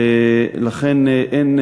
לכן אין,